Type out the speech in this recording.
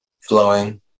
flowing